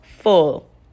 Full